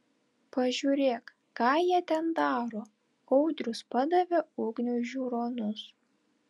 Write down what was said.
pažiūrėk ką jie ten daro audrius padavė ugniui žiūronus